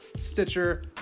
stitcher